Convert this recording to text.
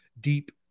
deep